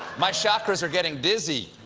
my shack ras are getting dizzy